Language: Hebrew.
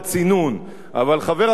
אבל חבר הכנסת מופז,